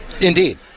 Indeed